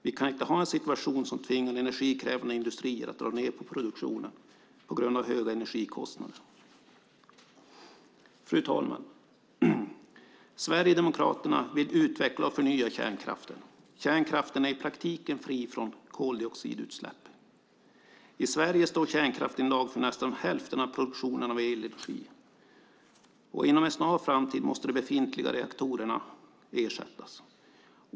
Vi kan inte ha en situation som tvingar energikrävande industrier att dra ned på produktionen på grund av höga energikostnader. Fru talman! Sverigedemokraterna vill utveckla och förnya kärnkraften. Kärnkraften är i praktiken fri från koldioxidutsläpp. I Sverige står kärnkraften i dag för nästan hälften av produktionen av elenergi. Inom en snar framtid måste de befintliga reaktorerna ersättas.